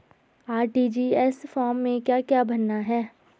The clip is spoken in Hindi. आर.टी.जी.एस फार्म में क्या क्या भरना है?